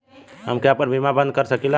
हमके आपन बीमा बन्द कर सकीला?